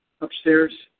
upstairs